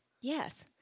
Yes